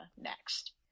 next